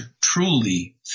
truly